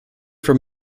from